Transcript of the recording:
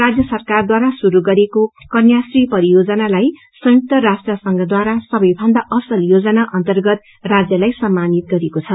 राज्य सरकारद्वार शुरू गरिएको कन्याश्री परियोजना लाई संयुक्त राष्ट्र संघद्वारा सबैभन्दा असल योजना अन्तर्गत राज्यलाई सम्मानित गरिएको छ